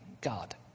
God